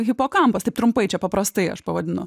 hipokampas taip trumpai čia paprastai aš pavadinau